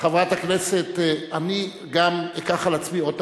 חברת הכנסת, אני גם אקח על עצמי עוד תפקיד,